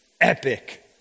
epic